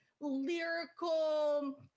lyrical